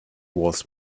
was